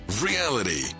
reality